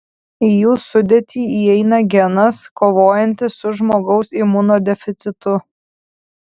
į jų sudėtį įeina genas kovojantis su žmogaus imunodeficitu